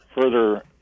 further